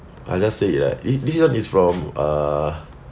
I'll just say lah eh this [one] is from uh